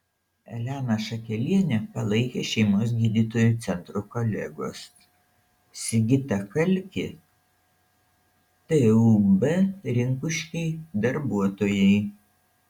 eleną šakelienę palaikė šeimos gydytojų centro kolegos sigitą kalkį tūb rinkuškiai darbuotojai